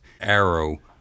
arrow